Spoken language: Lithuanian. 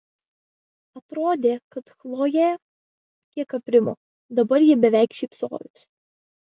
atrodė kad chlojė kiek aprimo dabar ji beveik šypsojosi